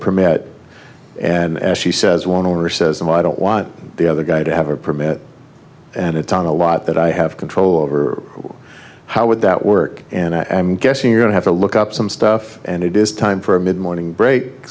permit and she says one owner says i don't want the other guy to have a permit and it's on a lot that i have control over how would that work and i am guessing you don't have to look up some stuff and it is time for a mid morning break